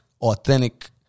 authentic